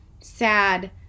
sad